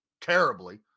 terribly